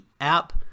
app